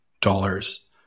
dollars